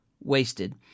Wasted